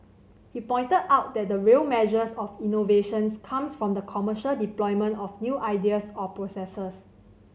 he pointed out that the real measures of innovations comes from the commercial deployment of new ideas or processes